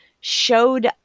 showed